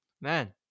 Man